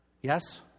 Yes